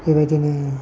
बेबादिनो